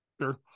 Sure